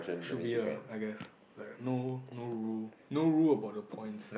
should be err I guess like no no rule no rule about the points